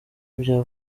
bya